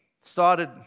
started